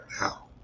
now